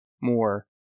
more